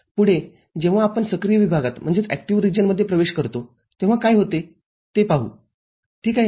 पुढे जेव्हा आपण सक्रिय विभागात प्रवेश करतो तेव्हा काय होते ते पाहू ठीक आहे